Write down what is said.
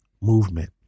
movement